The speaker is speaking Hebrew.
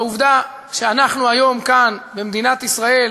בעובדה שאנחנו היום כאן במדינת ישראל